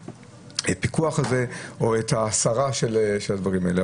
את הפיקוח הזה או את ההסרה של הדברים האלה.